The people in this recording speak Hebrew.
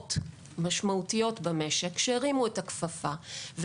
חברות משמעותיות במשק שהרימו את הכפפה,